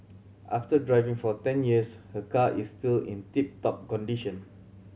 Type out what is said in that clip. after driving for ten years her car is still in tip top condition